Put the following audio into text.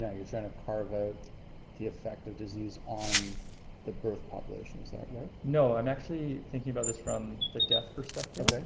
yeah you're trying to carve out ah the effect of disease on the birth population, is that right? no, i'm actually thinking about this from the death perspective. okay.